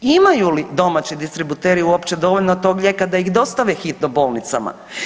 Imaju li domaći distributeri uopće dovoljno tog lijeka da ih dostave hitno bolnicama?